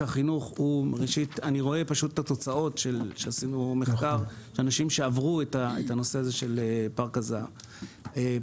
עשינו מחקר ואני רואה את התוצאות של אנשים שעברו את פארק הזה"ב.